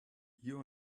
you